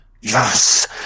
Yes